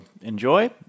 enjoy